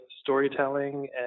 storytelling